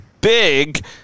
big